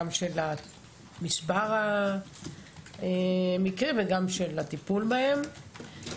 גם של מספר המקרים וגם של הטיפול בהם.